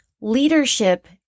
Leadership